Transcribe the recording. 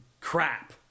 crap